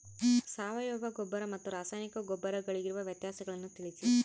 ಸಾವಯವ ಗೊಬ್ಬರ ಮತ್ತು ರಾಸಾಯನಿಕ ಗೊಬ್ಬರಗಳಿಗಿರುವ ವ್ಯತ್ಯಾಸಗಳನ್ನು ತಿಳಿಸಿ?